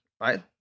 right